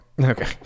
Okay